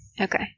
Okay